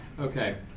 Okay